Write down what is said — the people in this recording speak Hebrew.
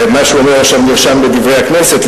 ומה שהוא אומר עכשיו נרשם ב"דברי הכנסת",